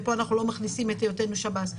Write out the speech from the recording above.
פה אנחנו לא מכניסים את היותנו שב"ס.